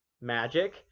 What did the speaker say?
magic